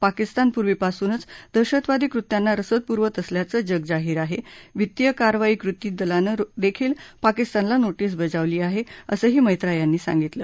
पाकिस्तान पूर्वीपासूनच दहशतवादी कृत्यांना रसद पुरवत असल्याचं जगजाहीर आहे वित्तीय कारवाई कृती दलानं देखील पाकिस्तानला नोटीस पाठवली आहे असंही मैत्रा यांनी सांगितलं